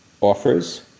offers